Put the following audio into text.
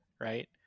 right